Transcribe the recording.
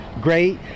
great